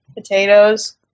potatoes